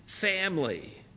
family